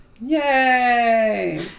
Yay